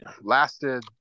lasted